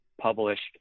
published